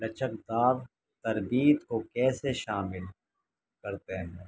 لچکدار تربیت کو کیسے شامل کرتے ہیں